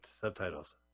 subtitles